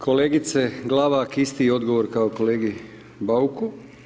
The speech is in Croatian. Kolegice Glavak, isti odgovor kao i kolegi Bauku.